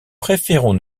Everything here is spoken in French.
préférons